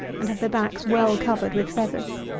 and have their backs well covered with feathers.